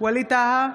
ווליד טאהא,